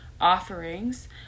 offerings